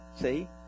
See